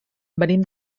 venim